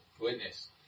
Witness